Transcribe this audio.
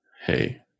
hey